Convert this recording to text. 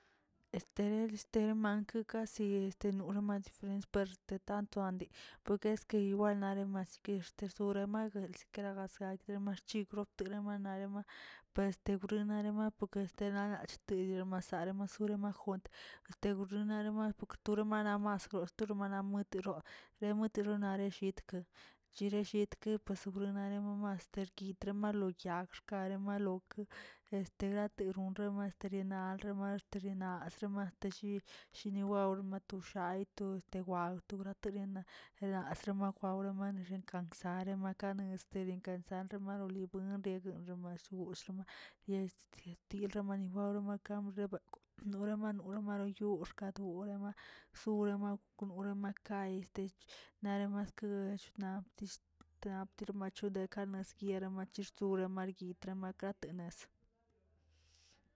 Estere listerma kasi este norma diferente per de tanto andi, wekezke igual naromi kixter sorema el sikera gasraid marchigre dogremanarema pues chubruno marema poke este naꞌnach de masara- masara majunt artigre majurama gturemarama goxtorema natiroo yemotirana nejitka, chere llitk puese maglonerame maskertrikemalo yag xkaremalok este laten ronra naꞌ altmaterina naxtemare shin shini wao matoxayto este guwa tegratewag lasr mawawre nexenke kzarema nane este bien casadrema gulibyen romashgull lama desd ti- tirramani flu romakan ribekwꞌ norama noramanoyuu oxkadure daba zurema gudrema kae este nadamaske btirimachu kanas guierama sture masguitra gata nazə.